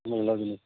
hello ଲାଗିଲେ